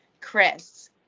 Chris